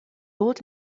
old